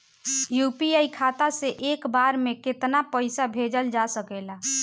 UPI खाता से एक बार म केतना पईसा भेजल जा सकेला?